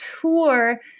tour